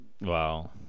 Wow